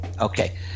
Okay